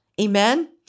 Amen